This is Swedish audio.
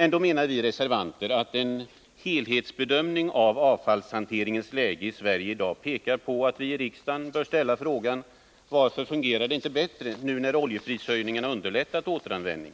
Ändå menar vi reservanter att en helhetsbedömning av avfallshanteringens läge i Sverige i dag pekar på att vi i riksdagen bör ställa frågan: Varför fungerar det inte bättre, nu när oljeprishöjningarna underlättat återanvändning?